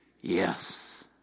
Yes